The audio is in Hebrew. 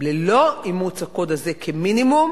ללא אימוץ הקוד הזה כמינימום,